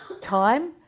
time